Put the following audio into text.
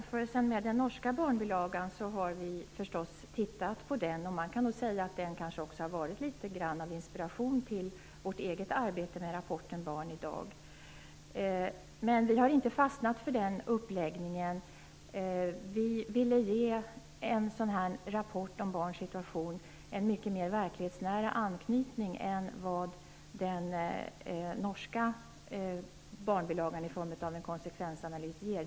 Fru talman! Vi har förstås tittat på den norska barnbilagan. Den har också inspirerat oss i vårt eget arbete med rapporten Barn idag. Men vi har inte fastnat för den uppläggningen. Vi ville ge denna rapport om barns situation en mycket mera verklighetsnära anknytning än vad den norska barnbilagan i form av en konsekvensanalys ger.